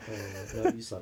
err 有雨伞